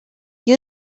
you